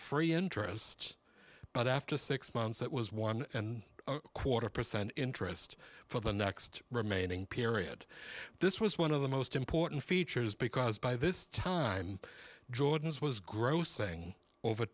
free interest but after six months that was one and a quarter percent interest for the next remaining period this was one of the most important features because by this time jordan's was gross saying over